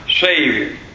Savior